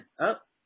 up